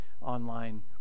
online